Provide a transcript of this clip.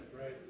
Right